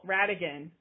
Radigan